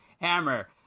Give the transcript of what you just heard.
hammer